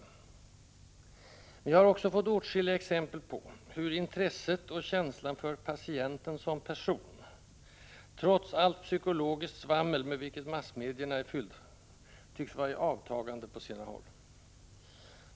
Men jag har också fått åtskilliga exempel på hur intresset och känslan för ”patienten som person” — trots allt psykologiskt svammel, med vilket massmedierna är fyllda — tycks vara i avtagande på sina håll.